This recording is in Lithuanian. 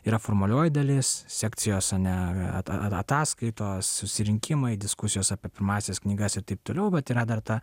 yra formalioji dalis sekcijose ataskaitos susirinkimai diskusijos apie pirmąsias knygas ir taip toliau vat yra dar ta